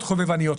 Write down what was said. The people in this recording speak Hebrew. חובבניות.